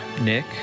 Nick